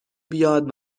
بیاد